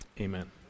Amen